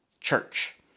church